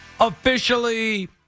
Officially